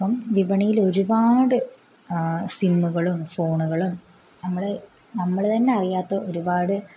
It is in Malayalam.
ഇപ്പം വിപണിയിലൊരുപാട് സിമ്മുകളും ഫോണുകളും നമ്മൾ നമ്മൾ തന്നെ അറിയാത്ത ഒരുപാട്